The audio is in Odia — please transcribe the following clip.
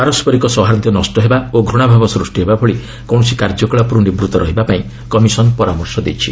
ପାରସ୍କରିକ ସୌହାର୍ଦ୍ଧ୍ୟ ନଷ୍ଟହେବା ଓ ଘୃଶାଭାବ ସୃଷ୍ଟିହେବା ଭଳି କୌଣସି କାର୍ଯ୍ୟକଳାପରୁ ନିବୃତ୍ତ ରହିବା ପାଇଁ କମିଶନ ପରାମର୍ଶ ଦେଇଛି